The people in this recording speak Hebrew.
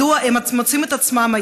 מדוע הם מוצאים את עצמם,